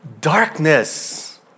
darkness